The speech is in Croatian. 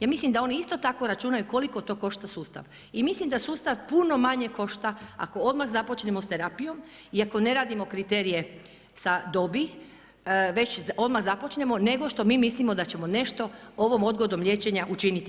Ja mislim da oni isto tako računaju koliko to košta sustav i mislim da sustav puno manje košta ako odmah započnemo s terapijom i ako ne radimo kriterije sa dobi, već odmah započnemo, nego što mi mislimo da ćemo nešto ovom odgodom liječenja učiniti.